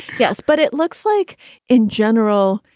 yes. but it looks like in general,